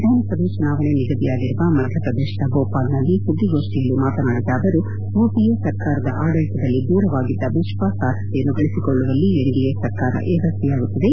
ವಿಧಾನಸಭೆ ಚುನಾವಣೆ ನಿಗದಿಯಾಗಿರುವ ಮಧ್ಯಪ್ರದೇಶದ ಭೋಪಾಲ್ನಲ್ಲಿ ಸುದ್ವಿಗೋಷ್ಠಿಯಲ್ಲಿ ಮಾತನಾಡಿದ ಅವರು ಯುಪಿಎ ಸರ್ಕಾರದ ಆಡಳಿತದಲ್ಲಿ ದೂರವಾಗಿದ್ದ ವಿಶ್ವಾಸರ್ಹಾತೆಯನ್ನು ಗಳಿಸಿಕೊಳ್ಳುವಲ್ಲಿ ಎನ್ಡಿಎ ಸರ್ಕಾರ ಯಶಸ್ವಿಯಾಗುತ್ತಿದೆ